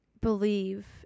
believe